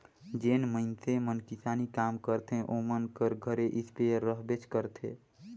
जेन मइनसे मन किसानी काम करथे ओमन कर घरे इस्पेयर रहबेच करथे